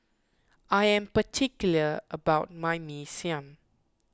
I am particular about my Mee Siam